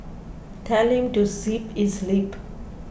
telling to zip its lip